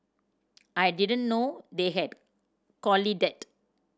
I didn't know they had collided